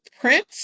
print